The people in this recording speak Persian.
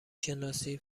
شناسی